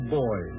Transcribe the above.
boy